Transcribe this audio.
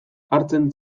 hartzen